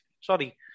sorry